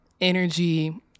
energy